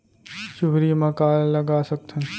चुहरी म का लगा सकथन?